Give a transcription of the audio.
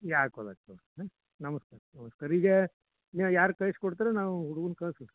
ಯಾಕೆ ಹೋಗ್ಬೇಕು ಹಾಂ ನೀವು ಯಾರು ಕಳಿಸಿ ಕೊಡ್ತೀರೋ ನಾವು ಹುಡುಗನ್ನ ಕಳಿಸ್ಬೇಕಾ